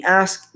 ask